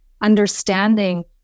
understanding